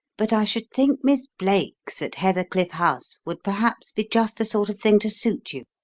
but i should think miss blake's, at heathercliff house, would perhaps be just the sort of thing to suit you.